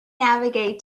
navigate